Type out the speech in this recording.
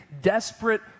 desperate